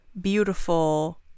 beautiful